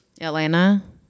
Atlanta